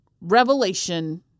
revelation